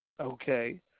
Okay